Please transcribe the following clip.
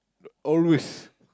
always